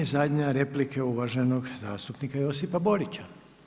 I zadnja replika je uvaženog zastupnika Josipa Borića.